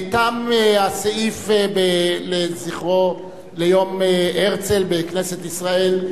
תם הסעיף על יום הרצל בכנסת ישראל.